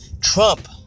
Trump